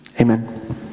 Amen